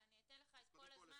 אני אתן לך את כל הזמן,